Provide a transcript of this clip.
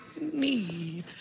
need